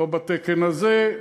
לא בתקן הזה.